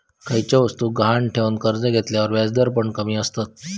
खयच्या वस्तुक गहाण ठेवन कर्ज घेतल्यार व्याजदर पण कमी आसतत